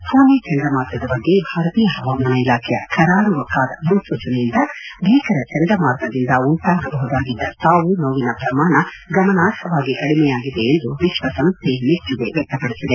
ಫೋನಿ ಚಂಡಮಾರುತದ ಬಗ್ಗೆ ಭಾರತೀಯ ಹವಾಮಾನ ಇಲಾಖೆಯ ಕರಾರುವಕ್ಕಾದ ಮುನ್ನೂಚನೆಯಿಂದ ಭೀಕರ ಚಂಡಮಾರುತದಿಂದ ಉಂಟಾಗಬಹುದಾಗಿದ್ದ ಸಾವು ನೋವಿನ ಪ್ರಮಾಣ ಗಮನಾರ್ಹವಾಗಿ ಕಡಿಮೆಯಾಗಿದೆ ಎಂದು ವಿಶ್ವಸಂಸ್ಥೆ ಮೆಚ್ಚುಗೆ ವ್ಯಕ್ತಪಡಿಸಿದೆ